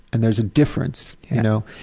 and there's a difference, you know.